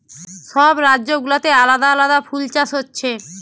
সব রাজ্য গুলাতে আলাদা আলাদা ফুল চাষ হচ্ছে